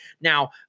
Now